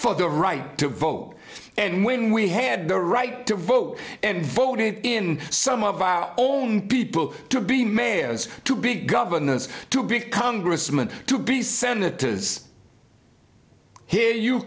for the right to vote and when we had the right to vote and voted in some of our own people to be mayors to big governess to big congressman to be senators here you